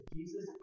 Jesus